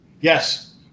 Yes